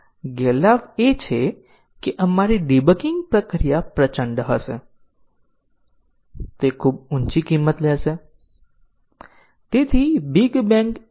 programmer દ્વારા લખાયેલ મૂળ પ્રોગ્રામ આપણે તેમાં નાના ફેરફારો કરીએ છીએ